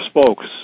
spokes